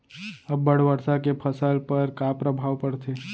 अब्बड़ वर्षा के फसल पर का प्रभाव परथे?